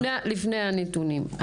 לפני הנתונים,